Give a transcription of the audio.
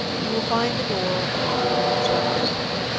you will find the door of one of the rooms left open.